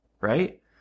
right